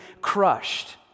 crushed